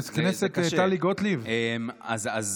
בסדר, בסדר.